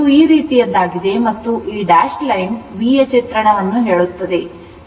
ಇದು ಈ ರೀತಿಯದ್ದಾಗಿದೆ ಮತ್ತು ಈ ಡ್ಯಾಶ್ ಲೈನ್ V ಯ ಚಿತ್ರಣವನ್ನು ಹೇಳುತ್ತದೆ